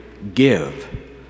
give